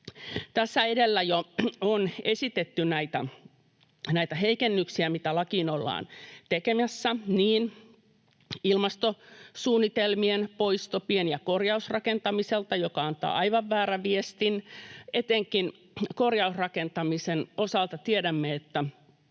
Tässä edellä on jo esitetty näitä heikennyksiä, mitä lakiin ollaan tekemässä, kuten ilmastosuunnitelmien poisto pien- ja korjausrakentamiselta, joka antaa aivan väärän viestin. Etenkin korjausrakentamisen osalta tiedämme, että